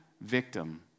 victim